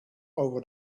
over